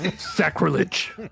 sacrilege